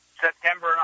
september